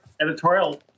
editorial